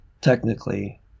technically